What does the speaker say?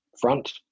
front